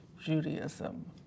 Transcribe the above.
Judaism